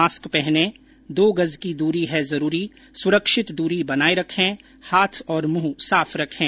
mask पहनें दो गज की दूरी है जरूरी सुरक्षित दूरी बनाए रखें हाथ और मुंह साफ रखें